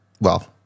well-